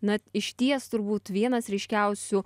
na išties turbūt vienas ryškiausių